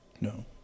No